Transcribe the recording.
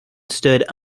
stood